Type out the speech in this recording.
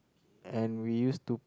and we used to